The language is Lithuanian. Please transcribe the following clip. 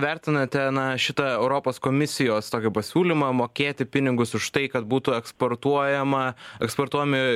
vertinate na šitą europos komisijos tokį pasiūlymą mokėti pinigus už tai kad būtų eksportuojama eksportuojami